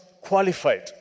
qualified